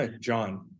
John